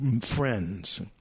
friends